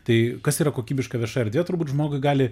tai kas yra kokybiška vieša erdvė turbūt žmogui gali